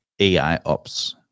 AIOps